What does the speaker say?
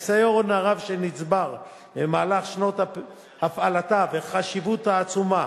הניסיון הרב שנצבר במהלך שנות הפעלתה והחשיבות העצומה